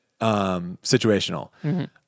situational